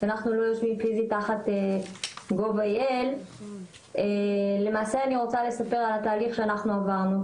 אנחנו לא יושבים פיזית תחת gov.il אני רוצה לספר על התהליך שעברנו.